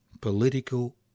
political